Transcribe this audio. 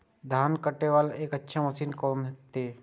धान कटे वाला एक अच्छा मशीन कोन है ते?